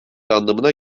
anlamına